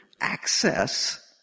access